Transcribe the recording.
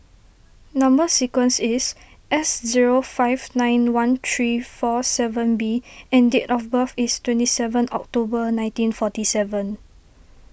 Number Sequence is S zero five nine one three four seven B and date of birth is twenty seven October nineteen forty seven